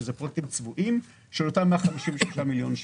שהם פרויקטים צבועים של אותם 153 מיליון שקל.